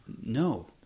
No